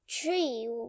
tree